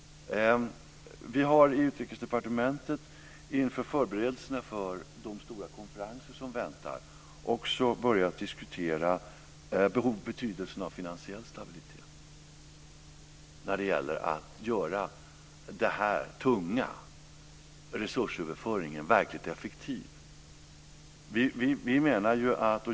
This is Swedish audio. Vi har i Utrikesdepartementet inför förberedelserna för de stora konferenser som väntar också börjat diskutera betydelsen av finansiell stabilitet när det gäller att göra den här tunga resursöverföringen verkligt effektiv.